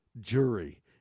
jury